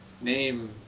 name